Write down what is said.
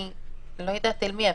אני לא יודעת אל מי.